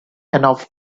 enough